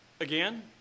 again